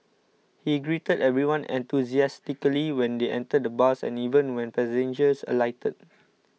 he greeted everyone enthusiastically when they entered the bus and even when passengers alighted